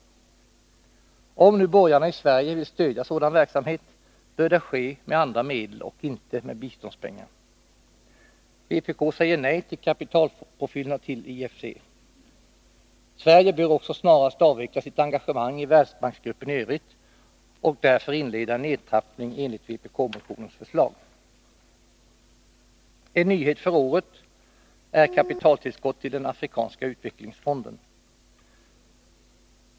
Om nu de borgerliga i Sverige vill stödja den verksamheten bör det ske med andra medel och inte med biståndspengar. Vpk säger nej till kapitalpåfyllnad till IFC. Sverige bör också snarast avveckla sitt engagemang i Världsbanksgruppen i övrigt och därför inleda en nedtrappning enligt vpk-gruppens förslag. En nyhet för året är kapitaltillskott till Afrikanska utvecklingsfonden.